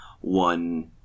one